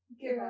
Give